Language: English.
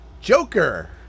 Joker